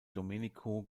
domenico